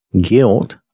guilt